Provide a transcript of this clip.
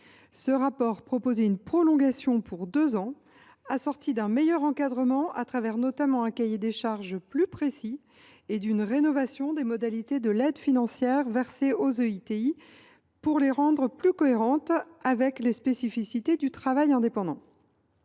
Celui ci proposait une prolongation pour deux ans, assortie d’un meilleur encadrement, au travers notamment d’un cahier des charges plus précis, ainsi qu’une rénovation des modalités de l’aide financière versée aux EITI, pour les rendre plus cohérentes avec les spécificités du travail indépendant.